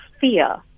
fear